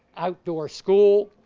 outdoor school,